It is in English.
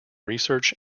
research